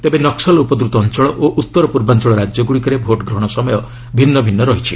ତେବେ ନକ୍କଲ ଉପଦ୍ରତ ଅଞ୍ଚଳ ଓ ଉତ୍ତର ପୂର୍ବାଞ୍ଚଳ ରାଜ୍ୟଗୁଡ଼ିକରେ ଭୋଟ୍ ଗ୍ରହଣ ସମୟ ଭିନ୍ନ ଭିନ୍ନ ରହିଛି